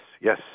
yes